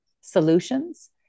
solutions